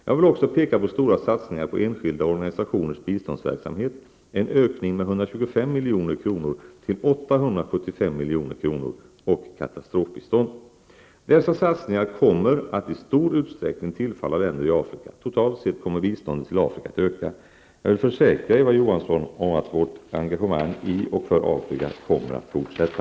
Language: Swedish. Jag vill också peka på stora satsningar på enskilda organisationers biståndsverksamhet -- en ökning med 125 milj.kr. till 875 milj.kr. -- och katastrofbistånd. Dessa satsningar kommer att i stor utsträckning tillfalla länder i Afrika. Totalt sett kommer biståndet till Afrika att öka. Jag vill försäkra Eva Johansson att vårt engagemang i och för Afrika kommer att fortsätta.